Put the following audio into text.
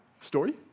story